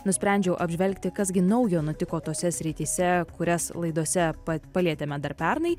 nusprendžiau apžvelgti kas gi naujo nutiko tose srityse kurias laidose pa palietėme dar pernai